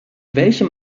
welchem